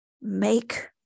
make